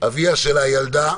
אביה של הילדה,